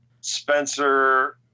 Spencer